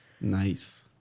Nice